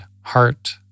heart